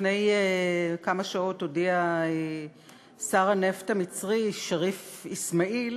לפני כמה שעות הודיע שר הנפט המצרי שריף אסמאעיל